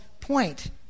point